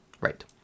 Right